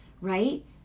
right